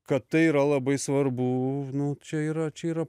kad tai yra labai svarbu nu čia yra čia yra